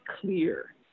clear